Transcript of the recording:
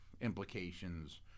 implications